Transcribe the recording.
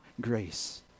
grace